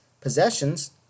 possessions